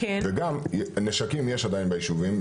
גם נשקים יש עדיין ביישובים.